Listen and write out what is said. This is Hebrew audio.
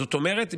זאת אומרת,